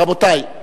רבותי,